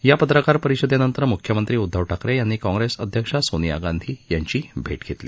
या पत्रकार परिषदेनंतर मुख्यमंत्री उद्धव ठाकरे यांनी काँग्रेसअध्यक्षा सोनिया गांधी यांची भेट घेतली